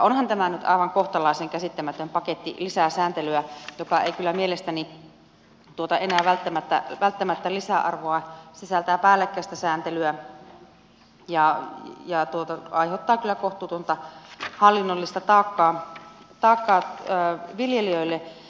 onhan tämä nyt aivan kohtalaisen käsittämätön paketti lisää sääntelyä joka ei kyllä mielestäni tuota enää välttämättä lisäarvoa sisältää päällekkäistä sääntelyä ja aiheuttaa kyllä kohtuutonta hallinnollista taakkaa viljelijöille